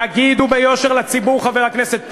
תגידו ביושר לציבור, חבר הכנסת פרץ,